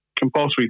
Compulsory